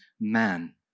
man